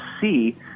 see